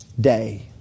day